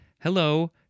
hello